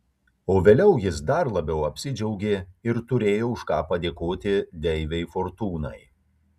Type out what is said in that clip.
o vėliau jis dar labiau apsidžiaugė ir turėjo už ką padėkoti deivei fortūnai